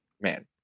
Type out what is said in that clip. Man